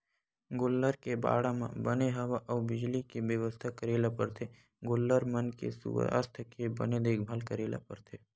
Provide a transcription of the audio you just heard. गोल्लर के बाड़ा म बने हवा अउ बिजली के बेवस्था करे ल परथे गोल्लर मन के सुवास्थ के बने देखभाल करे ल परथे